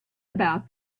about